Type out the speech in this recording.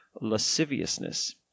lasciviousness